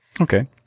Okay